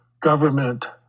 government